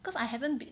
cause I haven't been